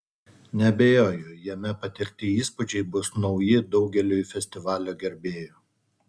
neabejoju jame patirti įspūdžiai bus nauji daugeliui festivalio gerbėjų